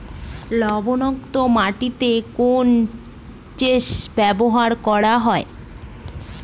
লবণাক্ত মাটিতে কোন সেচ ব্যবহার করা হয়?